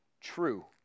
true